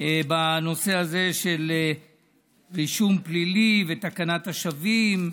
בנושא הזה של רישום פלילי ותקנת השבים.